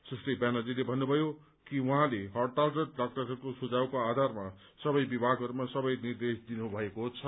सुश्री ब्यानर्जीले भन्नुभयो कि उहाँले हड़तालरत डाक्टरहरूको सुझावको आधारमा सबै विभागहरूमा सबै निर्देश दिनु भएको छ